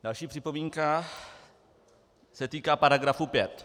Další připomínka se týká § 5.